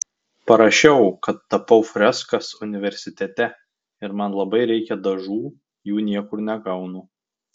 parašiau kad tapau freskas universitete ir man labai reikia dažų jų niekur negaunu